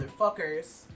motherfuckers